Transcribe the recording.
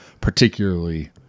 particularly